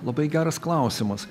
labai geras klausimas